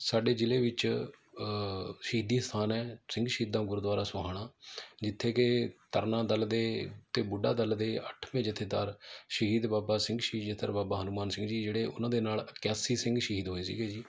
ਸਾਡੇ ਜ਼ਿਲ੍ਹੇ ਵਿੱਚ ਸ਼ਹੀਦੀ ਅਸਥਾਨ ਹੈ ਸਿੰਘ ਸ਼ਹੀਦਾਂ ਗੁਰਦੁਆਰਾ ਸੋਹਾਣਾ ਜਿੱਥੇ ਕਿ ਤਰਨਾ ਦਲ ਦੇ ਅਤੇ ਬੁੱਢਾ ਦਲ ਦੇ ਅੱਠਵੇਂ ਜੱਥੇਦਾਰ ਸ਼ਹੀਦ ਬਾਬਾ ਸਿੰਘ ਸ਼ਹੀਦ ਜੱਥੇਦਾਰ ਬਾਬਾ ਹਨੂੰਮਾਨ ਸਿੰਘ ਜੀ ਜਿਹੜੇ ਉਹਨਾਂ ਦੇ ਨਾਲ ਇਕਿਆਸੀ ਸਿੰਘ ਸ਼ਹੀਦ ਹੋਏ ਸੀਗੇ ਜੀ